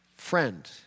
Friend